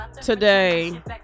today